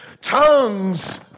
tongues